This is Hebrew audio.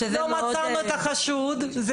לא מצאנו את החשוד.